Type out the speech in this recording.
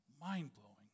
mind-blowing